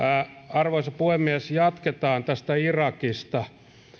arvoisa puhemies jatketaan tästä irakista